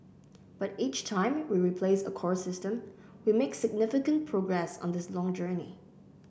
but each time we replace a core system we make significant progress on this long journey